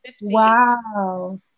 wow